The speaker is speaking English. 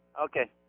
Okay